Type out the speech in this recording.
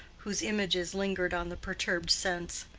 whose images lingered on the perturbed sense.